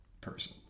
person